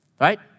right